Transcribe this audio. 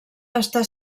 està